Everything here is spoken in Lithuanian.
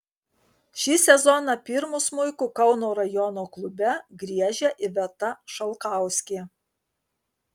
šį sezoną pirmu smuiku kauno rajono klube griežia iveta šalkauskė